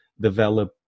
develop